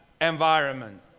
environment